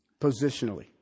Positionally